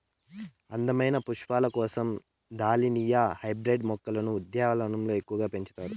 అందమైన పుష్పాల కోసం దాలియా హైబ్రిడ్ మొక్కలను ఉద్యానవనాలలో ఎక్కువగా పెంచుతారు